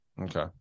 Okay